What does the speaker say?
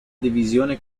divisione